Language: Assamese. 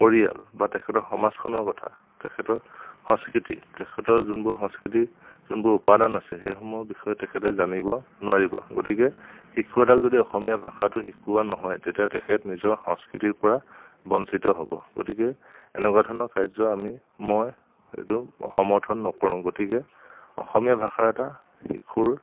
পৰিয়াল বা তেখেতৰ সমাজখনৰ কথা তেখেতৰ সংস্কৃতিৰ তেখেতৰ যোনবোৰ সংস্কৃতি যোনবোৰ উপাদান আছে সেইসমূহৰ বিষয়ে তেখেতে জানিব নোৱাৰিব গতিকে শিশু এটাক যদি অসমীয়া ভাষাটো শিকোৱা নহয় তেতিয়া তেখেত নিজৰ সংস্কৃতিৰ পৰা বঞ্চিত হ'ব গতিকে এনেকুৱা ধৰণৰ কাৰ্য আমি মই সেইটো সমৰ্থন নকৰোঁ গতিকে অসমীয়া ভাষা এটা শিশুৰ